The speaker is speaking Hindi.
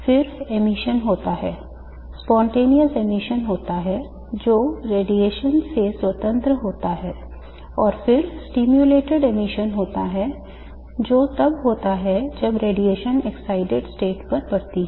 फिर उत्सर्जन होता है spontaneous emission होता है जो रेडिएशन से स्वतंत्र होता है और फिर stimulated emission होता है जो तब होता है जब रेडिएशन excited state पर पड़ता है